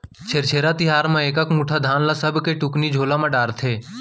छेरछेरा तिहार म एकक मुठा धान ल सबके टुकनी झोला म डारथे